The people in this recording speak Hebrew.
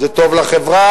זה טוב לחברה,